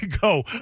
go